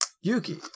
Yuki